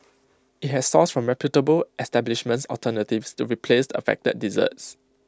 IT has sourced from reputable establishments alternatives to replace the affected desserts